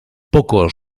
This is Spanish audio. pocos